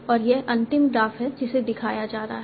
और यह अंतिम ग्राफ है जिसे दिखाया जा रहा है